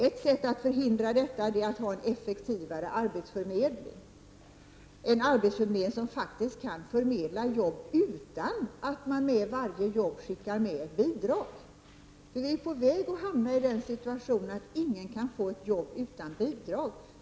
Ett sätt att förhindra detta är att vi får en effektivare arbetsförmedling, som faktiskt kan förmedla jobb utan att man med varje jobb skickar med bidrag. Vi är på väg att hamna i den situationen att ingen kan få ett jobb utan bidrag.